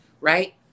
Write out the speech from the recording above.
right